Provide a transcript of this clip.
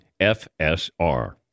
FSR